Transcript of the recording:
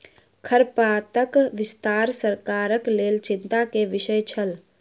खरपातक विस्तार सरकारक लेल चिंता के विषय छल